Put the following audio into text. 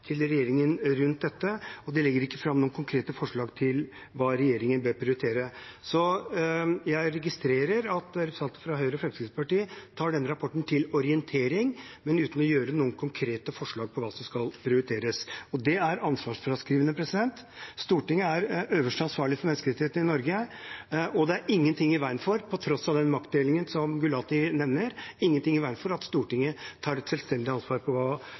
legger ikke fram noen konkrete forslag til hva regjeringen bør prioritere. Jeg registrerer at representanter fra Høyre og Fremskrittspartiet tar denne rapporten til orientering, men uten å komme med noen konkrete forslag til hva som skal prioriteres. Det er ansvarsfraskrivende. Stortinget er øverste ansvarlige for menneskerettighetene i Norge, og det er – på tross av den maktdelingen som Gulati nevner – ingen ting i veien for at Stortinget tar et selvstendig ansvar for hva